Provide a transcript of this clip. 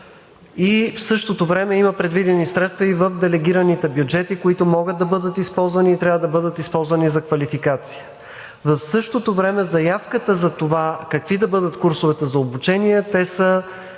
и в същото време, има предвидени средства и в делегираните бюджети, които могат да бъдат използвани и трябва да бъдат използвани за квалификация. Заявката за това какви да бъдат курсовете за обучение са